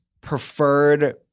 preferred